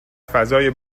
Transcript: فضای